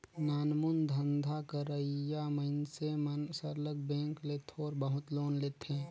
नानमुन धंधा करइया मइनसे मन सरलग बेंक ले थोर बहुत लोन लेथें